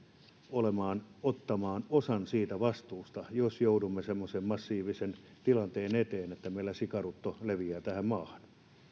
ottamaan osan siitä vastuusta jos joudumme semmoisen massiivisen tilanteen eteen että meillä sikarutto leviää tähän maahan